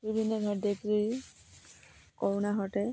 বিভিন্ন ধৰণৰ দেশজুৰি কৰোণাৰ সৈতে